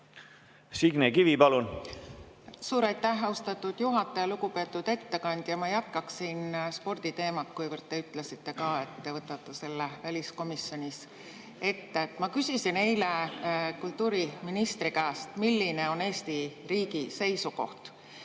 Signe Kivi, palun! Suur aitäh, austatud juhataja! Lugupeetud ettekandja! Ma ei hakkaks siin sporditeemat [lahkama], kuivõrd te ütlesite, et te võtate selle väliskomisjonis ette. Ma küsisin eile kultuuriministri käest, milline on Eesti riigi seisukoht.